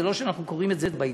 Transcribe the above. זה לא שאנחנו קוראים את זה בעיתון.